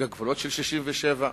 בגבולות של 67',